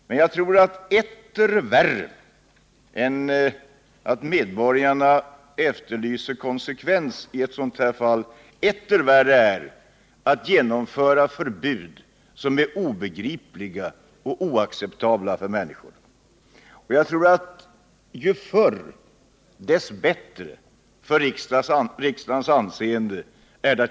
Men jag tror att etter värre än att medborgarna efterlyser konsekvens i ett sådant här fall är att genomföra förbud som är obegripliga och oacceptabla för människor. Ju förr vi tar bort detta förbud dess bättre är det för riksdagens anseende.